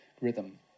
rhythm